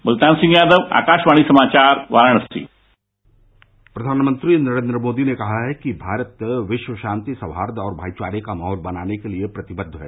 मृत्तान सिंह यादव आकासवाणी समाचार वाराणसी प्रधानमंत्री नरेन्द्र मोदी ने कहा है कि भारत विश्व शांति सौहार्द और भाईचारे का माहौल बनाने के लिए प्रतिबद्ध है